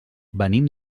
venim